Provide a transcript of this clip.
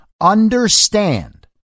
understand